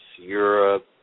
Europe